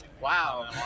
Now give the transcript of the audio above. Wow